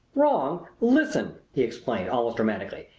wrong? listen! he exclaimed, almost dramatically.